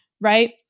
right